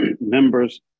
members